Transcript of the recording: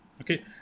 okay